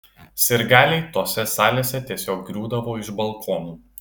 sirgaliai tose salėse tiesiog griūdavo iš balkonų